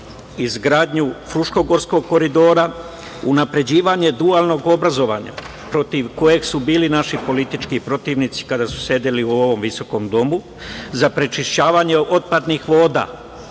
izgradnju Fruškogorskog koridora, unapređivanje dualnog obrazovanja protiv kojeg su bili naši politički protivnici, kada su sedeli u ovom visokom domu, zatim, za prečišćavanje otpadnih voda.